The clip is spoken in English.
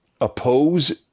oppose